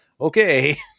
okay